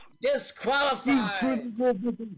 Disqualified